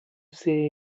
say